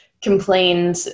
complained